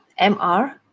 MR